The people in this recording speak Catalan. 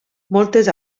moltes